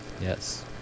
Yes